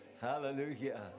Hallelujah